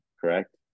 correct